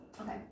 Okay